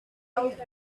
out